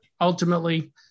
ultimately –